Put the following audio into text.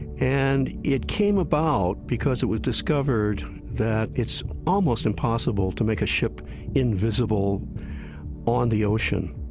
and it came about because it was discovered that it's almost impossible to make a ship invisible on the ocean.